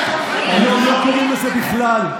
היום לא קוראים לזה בכלל.